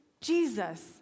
Jesus